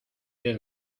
eres